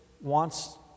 wants